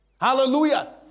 Hallelujah